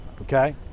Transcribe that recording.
Okay